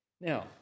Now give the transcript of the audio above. Now